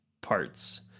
parts